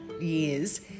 years